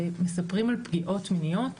שמספרים על פגיעות מיניות